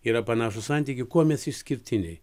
yra panašūs santykiai kuo mes išskirtiniai